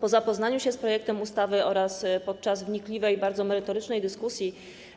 Po zapoznaniu się z projektem ustawy oraz podczas wnikliwej i bardzo merytorycznej dyskusji na